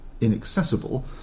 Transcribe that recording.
inaccessible